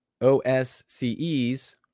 OSCEs